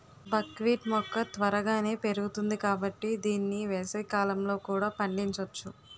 బక్ wheat మొక్క త్వరగానే పెరుగుతుంది కాబట్టి దీన్ని వేసవికాలంలో కూడా పండించొచ్చు